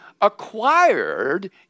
acquired